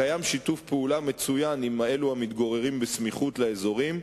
קיים שיתוף פעולה מצוין עם אלה המתגוררים בסמיכות לאזורים,